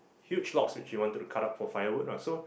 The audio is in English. huge logs which he wanted to cut up for firewood ah so